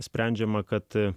sprendžiama kad